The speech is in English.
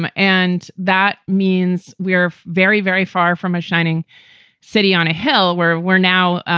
um and that means we're very, very far from a shining city on a hill where we're now,